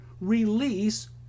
release